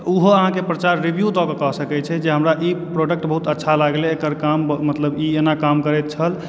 तऽ ओहो अहाँके प्रचार रिव्यू दऽकऽ कय सकैत छै जे हमरा ई प्रोडक्ट बहुत अच्छा लागले एकर काम मतलब ई एना काम करैत छल